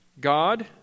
God